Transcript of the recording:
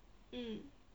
mm